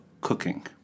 Cooking